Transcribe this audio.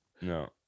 No